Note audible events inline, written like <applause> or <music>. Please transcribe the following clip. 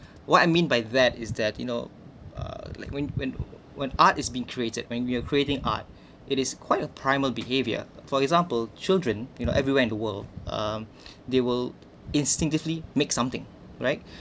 what I mean by that is that you know uh like when when when art is being created when we are creating art <breath> it is quite a primal behaviour for example children you know everywhere in the world um <breath> they will instinctively make something right